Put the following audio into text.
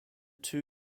two